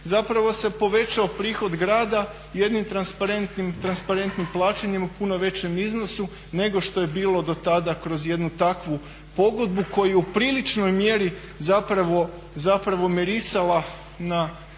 zapravo se povećao prihod grada jednim transparentnim plaćanjem u puno većem iznosu nego što je bilo do tada kroz jednu takvu pogodbu koja je u priličnoj mjeri zapravo mirisala na